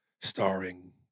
starring